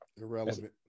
irrelevant